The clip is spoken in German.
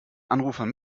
anrufern